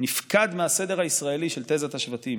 נפקד מהסדר הישראלי של תזת השבטים,